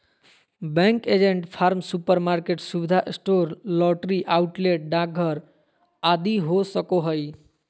bank agent farm, supermarket, सुविधा store, lottery outlet, डाकघर आदि हो सको हइ